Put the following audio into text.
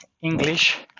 english